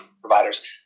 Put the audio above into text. providers